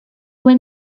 when